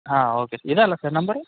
ಹಾಂ ಓಕೆ ಇದಲ್ಲ sir number